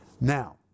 Now